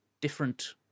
different